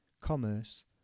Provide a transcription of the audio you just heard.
commerce